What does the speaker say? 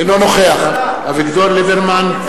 אינו נוכח אביגדור ליברמן,